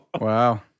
Wow